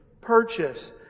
purchase